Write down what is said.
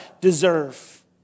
deserve